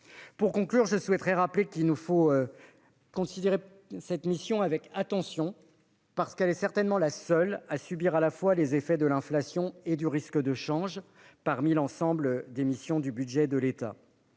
Pour conclure, je souhaiterais rappeler qu'il nous faut considérer cette mission avec attention, parce qu'elle est certainement la seule à subir à la fois les effets de l'inflation et du risque de change. À court terme, les crédits, qui restent